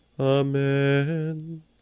Amen